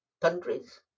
countries